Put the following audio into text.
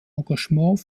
engagement